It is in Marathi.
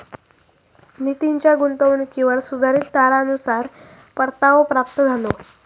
नितीनच्या गुंतवणुकीवर सुधारीत दरानुसार परतावो प्राप्त झालो